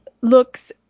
looks